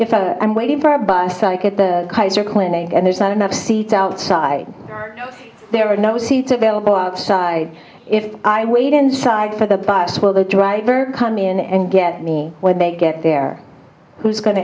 a i'm waiting for a bus like at the kaiser clinic and there's not enough seats outside there are no seats available outside if i wait inside for the bus while the driver come in and get me when they get there who's going to